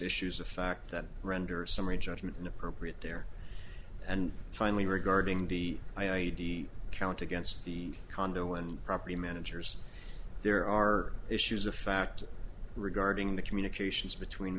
issues of fact that render summary judgment inappropriate there and finally regarding the i a d count against the condo and property managers there are issues of fact regarding the communications between